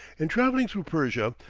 in travelling through persia,